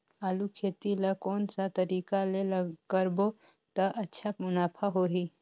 आलू खेती ला कोन सा तरीका ले करबो त अच्छा मुनाफा होही?